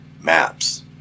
maps